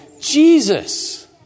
Jesus